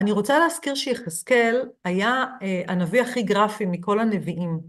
אני רוצה להזכיר שיחזקאל היה הנביא הכי גרפי מכל הנביאים.